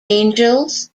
angels